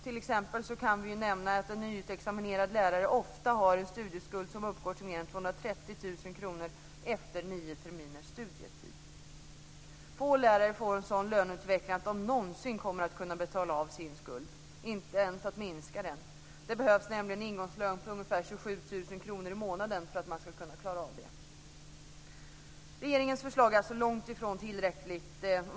T.ex. kan vi nämna att en nyutexaminerad lärare ofta har en studieskuld som uppgår till mer än 230 000 kr efter nio terminers studietid. Få lärare får en sådan löneutveckling att de någonsin kommer att kunna betala av sin skuld - inte ens minska den. Det behövs nämligen en ingångslön på ungefär 27 000 kr i månaden för att klara av det. Regeringens förslag är alltså långt ifrån tillräckligt.